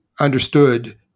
understood